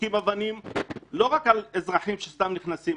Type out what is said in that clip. זורקים אבנים לא רק על אזרחים שסתם נכנסים,